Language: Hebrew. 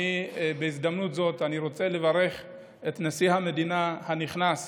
בהזדמנות זו אני רוצה לברך את נשיא המדינה הנכנס,